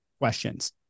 questions